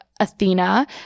Athena